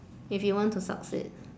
if you want to succeed